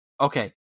okay